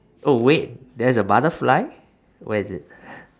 oh wait there's a butterfly where is it